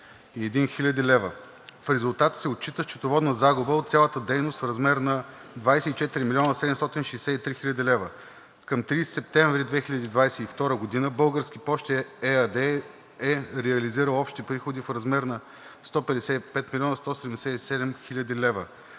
В резултатите се отчита счетоводна загуба от цялата дейност в размер на 24 млн. 763 хил. лв. Към 30 септември 2022 г. „Български пощи“ ЕАД е реализирало общи приходи в размер на 155 млн. 177 хил. лв.